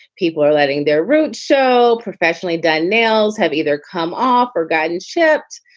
people are letting their road show professionally done. nails have either come off or guided shipped.